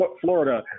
Florida